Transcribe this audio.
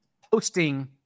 hosting